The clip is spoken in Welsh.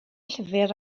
llyfr